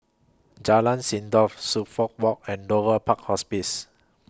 Jalan Sindor Suffolk Walk and Dover Park Hospice